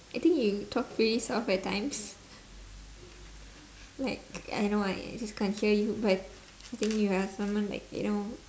I think you talk pretty soft at times like I know I just can't hear you but think you are someone like you know